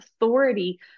authority